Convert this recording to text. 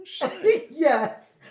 Yes